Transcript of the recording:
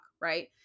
right